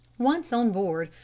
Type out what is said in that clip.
once on board,